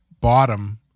bottom